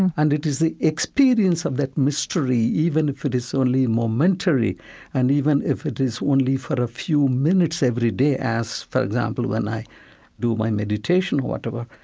and and it is the experience of that mystery, even if it is only momentary and even if it is only for a few minutes every day as, for example, when i do my meditation or whatever,